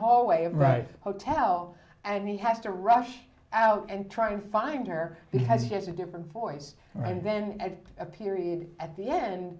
whole way of right hotel and he has to rush out and try and find her because he has a different voice and then had a period at the end